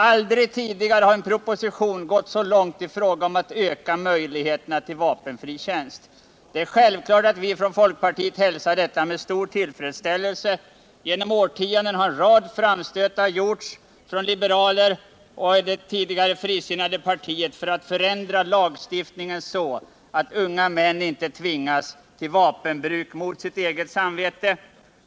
Aldrig tidigare har en proposition gått så långt i fråga om att öka möjligheterna till vapenfri tjänst. Det är självklart att vi från folkpartiet hälsar detta med stor tillfredsställelse. Genom årtiondena har en rad framstötar gjorts från liberaler och dessförinnan av det frisinnade partiet för att förändra lagstiftningen så att unga män inte tvingas till vapenbruk mot sitt eget samvete.